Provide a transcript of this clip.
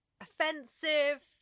offensive